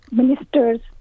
ministers